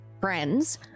friends